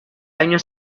año